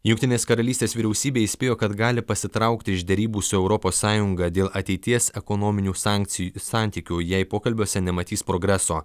jungtinės karalystės vyriausybė įspėjo kad gali pasitraukti iš derybų su europos sąjunga dėl ateities ekonominių sankci santykių jei pokalbiuose nematys progreso